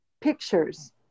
pictures